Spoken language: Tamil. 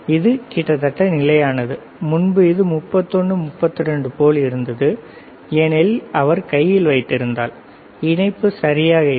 இது கிட்டத்தட்ட நிலையானது முன்பு இது 31 32 போல இருந்தது ஏனெனில் அவர் கையில் வைத்திருந்தார் இணைப்பு சரியாக இல்லை